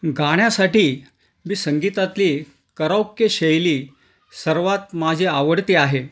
गाण्यासाठी मी संगीतातली करौके शैली सर्वात माझी आवडती आहे